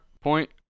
point